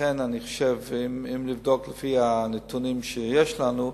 לכן, אם נבדוק לפי הנתונים שיש לנו,